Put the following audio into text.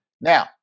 Now